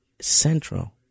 central